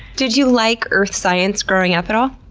did you like earth science growing up at all?